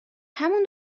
همون